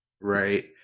Right